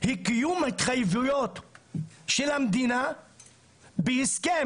היא קיום ההתחייבויות של המדינה בהסכם,